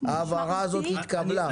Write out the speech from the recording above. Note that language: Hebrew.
משמעותי -- ההבהרה הזאת התקבלה.